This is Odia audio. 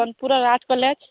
ସୋନପୁର ରାଜ୍ କଲେଜ୍